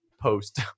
post